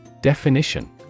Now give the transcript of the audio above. Definition